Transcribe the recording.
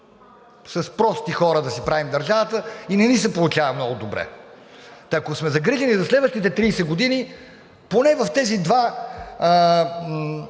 с прости хора да си правим държавата и не ни се получава много добре. Та, ако сме загрижени за следващите 30 години, поне в тези две